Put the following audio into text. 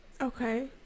Okay